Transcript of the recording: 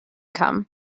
come